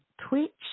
twitch